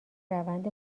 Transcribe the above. روند